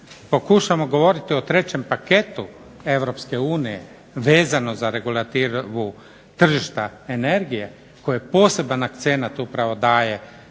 pokušamo govoriti o trećem paketu Europske unije vezano za regulativu tržišta energije koji poseban akcenat upravo daje